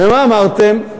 ומה אמרתם?